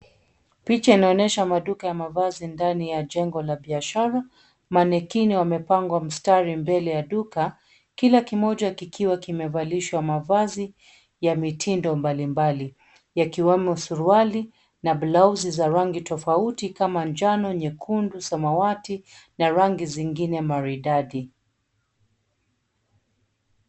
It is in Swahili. Picha inaonyesha maduka ya mavazi ndani ya jengo la biashara. Manekini wamepangwa mstari mbele ya duka, kila kimoja kikiwa kimevalishwa mavazi ya mitindo mbalimbali, yakiwemo suruali, na blauzi za rangi tofauti kama njano, nyekundu, samawati na rangi zingine maridadi.